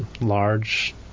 large